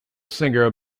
singer